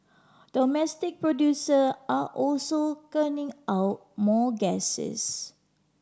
domestic producer are also out more gases